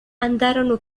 andarono